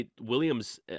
Williams